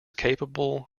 capable